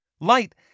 Light